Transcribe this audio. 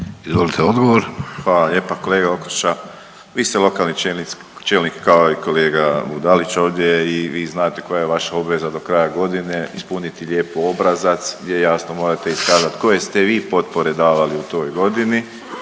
Josip (HDZ)** Hvala lijepa kolega Okroša. Vi ste lokalni čelnik kao i kolega Budalić i vi znate koja je vaša obveza do kraja godine, ispuniti lijepo obrazac gdje jasno morate iskazati koje ste vi potpore davali u toj godini